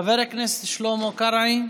חבר הכנסת שלמה קרעי,